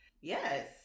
Yes